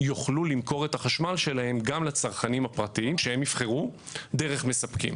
יוכלו למכור את החשמל שלהם גם לצרכנים הפרטיים שהם יבחרו דרך מספקים,